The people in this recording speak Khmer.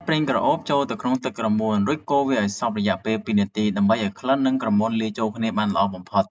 ចាក់ប្រេងក្រអូបចូលទៅក្នុងទឹកក្រមួន រួចកូរវាឱ្យសព្វរយៈពេល ២ នាទី ដើម្បីឱ្យក្លិន និងក្រមួនរលាយចូលគ្នាបានល្អបំផុត។